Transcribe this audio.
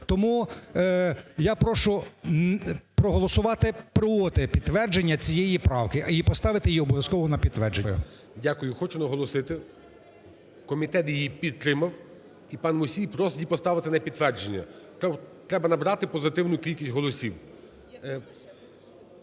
Тому я прошу проголосувати проти підтвердження цієї правки і поставити її обов'язково на підтвердження. Дякую. ГОЛОВУЮЧИЙ. Дякую. Хочу наголосити, комітет її підтримав. І пан Мусій просить її поставити на підтвердження. Треба набрати позитивну кількість голосів.